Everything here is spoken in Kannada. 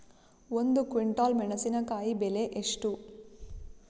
ಒಂದು ಕ್ವಿಂಟಾಲ್ ಮೆಣಸಿನಕಾಯಿ ಬೆಲೆ ಎಷ್ಟು?